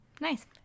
Nice